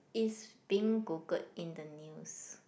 is being Googled in the news